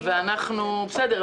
בסדר,